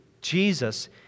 Jesus